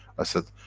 i said,